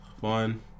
Fine